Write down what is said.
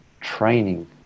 training